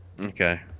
Okay